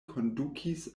kondukis